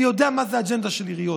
אני יודע מה זה אג'נדה של עיריות,